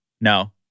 No